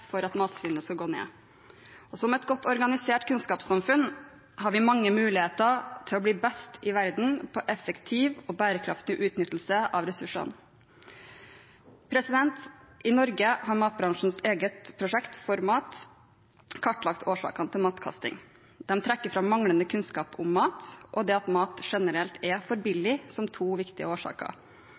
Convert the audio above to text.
for at matsvinnet skal ned. Som et godt organisert kunnskapssamfunn har vi mange muligheter til å bli best i verden i effektiv og bærekraftig utnyttelse av ressursene. I Norge har matbransjens eget prosjekt, ForMat, kartlagt årsakene til matkasting. De trekker fram manglende kunnskap om mat og det at mat generelt er for billig som to viktige årsaker.